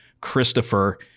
Christopher